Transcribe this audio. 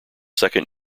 second